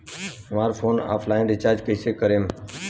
हमार phone online recharge कईसे करेम?